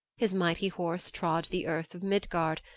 his mighty horse trod the earth of midgard,